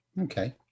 Okay